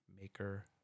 Maker